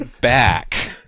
back